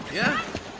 yeah?